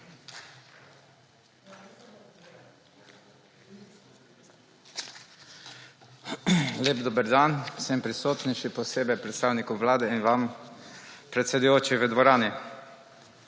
Lep dober dan vsem prisotnim, še posebej predstavnikom vlade in vam, predsedujoči, v dvorani.